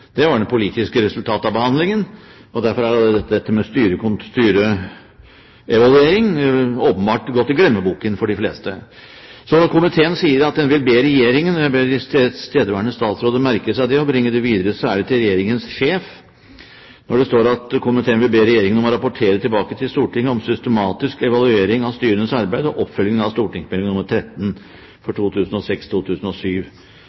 Det var det politiske resultatet av behandlingen, og derfor har dette med styreevaluering åpenbart gått i glemmeboken for de fleste. Så når komiteen sier at den vil be Regjeringen, de tilstedeværende statsråder, merke seg det og bringe det videre, er det til Regjeringens sjef. Det står: «Komiteen vil be Regjeringen rapportere tilbake til Stortinget om systematisk evaluering av styrenes arbeid og oppfølging av St.meld. nr. 13